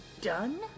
done